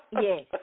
Yes